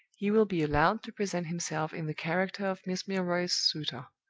he will be allowed to present himself in the character of miss milroy's suitor,